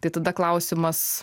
tai tada klausimas